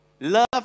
Love